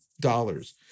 dollars